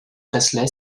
presley